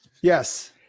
yes